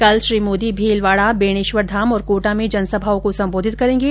कल श्री मोदी भीलवाड़ा बेणेश्वरधाम और कोटा में जनसभाओं को सम्बोधित करेंगे